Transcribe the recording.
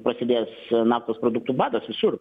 prasidės naftos produktų badas visur